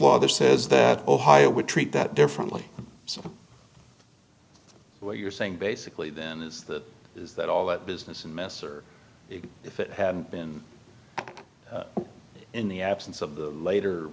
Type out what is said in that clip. law that says that ohio would treat that differently so what you're saying basically then is that is that all that business in mr big if it hadn't been in the absence of the later